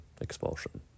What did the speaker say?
expulsion